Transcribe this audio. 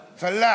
פלאח.